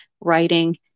writing